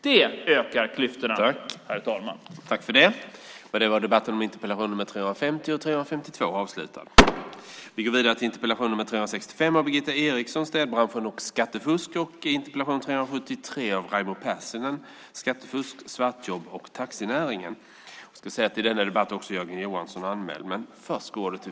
Det ökar klyftorna, herr talman.